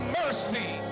mercy